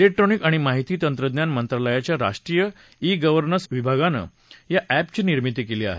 electronic आणि माहिती तंत्रज्ञान मंत्रालयाच्या राष्ट्रीय िनव्हर्नस विभागानं या अॅपची निर्मिती केली आहे